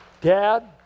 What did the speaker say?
Dad